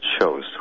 shows